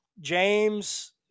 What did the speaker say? James